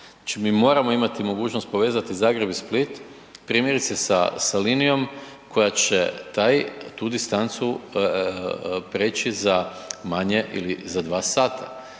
mi moramo imati mogućnost povezati Zagreb i Split primjerice sa linijom koja će taj, tu distancu preći za manje ili za 2 sata